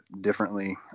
differently